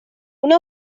una